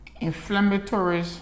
Inflammatory